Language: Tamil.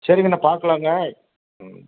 சரிங்கண்ணா பாக்கலாங்க